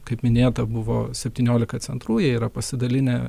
kaip minėta buvo septyniolika centrų jie yra pasidalinę